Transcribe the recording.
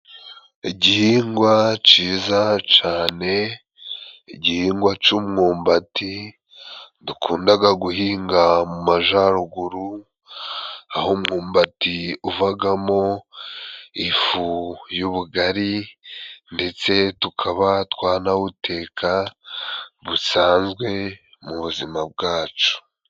Igihingwa ciza cane, igihingwa c'ummbati dukundaga guhinga mu majaruguru, ahoumwumbati uvagamo ifu y'ubugari, ndetse tukaba twanawuteka busanzwe mu buzima bwacu.